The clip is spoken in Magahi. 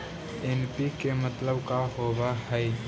एन.पी.के मतलब का होव हइ?